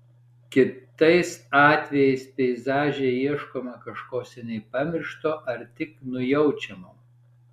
kitais atvejais peizaže ieškoma kažko seniai pamiršto ar tik nujaučiamo